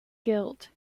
guilt